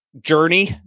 journey